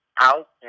out